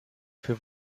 für